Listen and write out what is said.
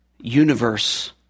universe